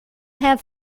have